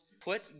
put